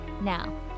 Now